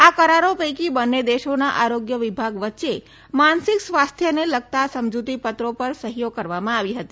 આ કરારો પૈકી બંને દેશોના આરોગ્ય વિભાગ વચ્યે માનસીક સ્વાસ્થ્યને લગતાં સમજૂતી પત્રો પર સહીઓ કરવામાં આવી હતી